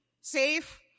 safe